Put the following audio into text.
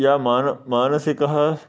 यः मानसं मानसिकः